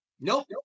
nope